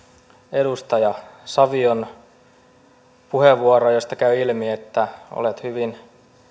edustaja saviota puheenvuorosta josta käy ilmi että olet hyvin